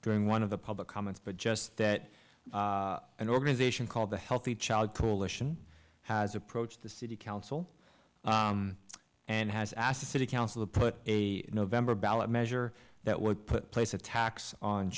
during one of the public comments but just that an organization called the healthy child coalition has approached the city council and has asked the city council put a november ballot measure that would put place a ta